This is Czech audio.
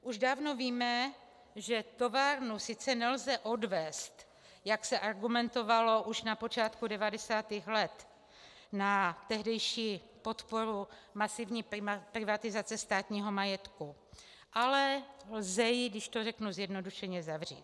Už dávno víme, že továrnu sice nelze odvézt, jak se argumentovalo už na počátku 90. let na tehdejší podporu masivní privatizace státního majetku, ale lze ji, když to řeknu zjednodušeně, zavřít.